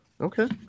Okay